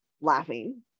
laughing